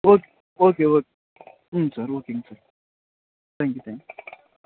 okay okay okay hmm sir ஓகேங்க sir thank you thank you